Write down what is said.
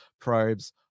probes